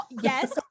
Yes